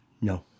No